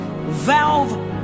valve